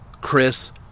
Chris